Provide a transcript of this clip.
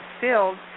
filled